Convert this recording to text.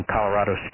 Colorado